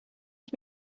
ich